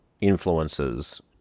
influences